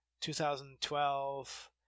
2012